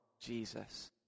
Jesus